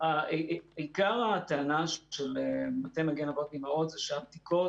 עיקר הטענה של מטה "מגן אבות ואימהות" היא שהבדיקות